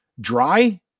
dry